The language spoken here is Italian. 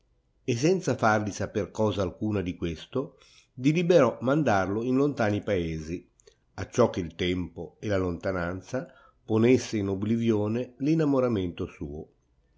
e senza farli saper cosa alcuna di questo diliberò mandarlo in lontani paesi acciò che il tempo e la lontananza ponesse in oblivione l inamoramento suo